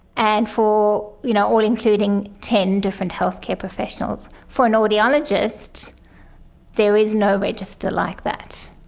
and for you know all including ten different healthcare professionals. for an audiologist there is no register like that.